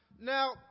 Now